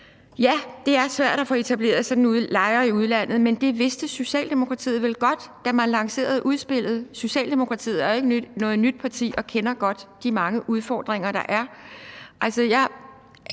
Ja, det er svært at få etableret sådan nogle lejre i udlandet, men det vidste Socialdemokratiet vel godt, da man lancerede udspillet. Socialdemokratiet er jo ikke noget nyt parti og kender godt de mange udfordringer, der er.